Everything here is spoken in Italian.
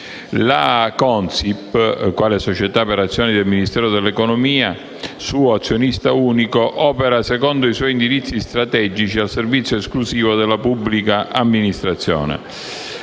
La Consip, quale società per azioni del Ministero dell'economia, suo azionista unico, opera secondo i suoi indirizzi strategici al servizio esclusivo della pubblica amministrazione.